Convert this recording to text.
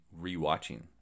rewatching